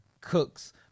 cooks